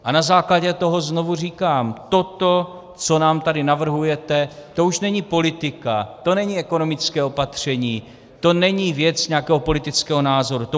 A na základě toho znovu říkám: toto, co nám tady navrhujete, to už není politika, to není ekonomické opatření, to není věc nějakého politického názoru.